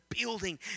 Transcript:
building